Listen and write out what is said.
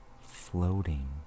floating